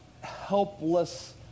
helpless